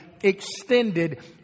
extended